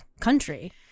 Country